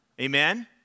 Amen